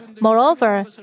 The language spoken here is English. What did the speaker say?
Moreover